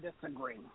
disagree